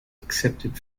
accepted